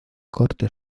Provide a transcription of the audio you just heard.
corte